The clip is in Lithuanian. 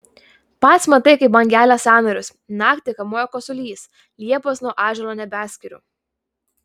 pats matai kaip man gelia sąnarius naktį kamuoja kosulys liepos nuo ąžuolo nebeskiriu